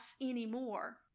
anymore